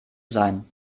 sein